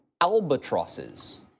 albatrosses